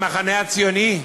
המחנה הציוני,